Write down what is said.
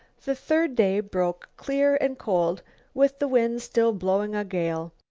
the third day broke clear and cold with the wind still blowing a gale.